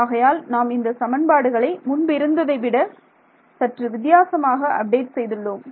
ஆகையால் நாம் இந்த சமன்பாடுகளை முன்பிருந்ததை விட சற்று வித்யாசமாக அப்டேட் செய்துள்ளோம்